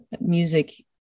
music